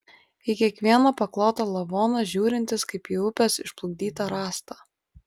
į kiekvieną paklotą lavoną žiūrintis kaip į upės išplukdytą rąstą